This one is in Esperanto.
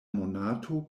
monato